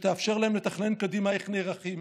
שתאפשר להם לתכנן קדימה איך נערכים,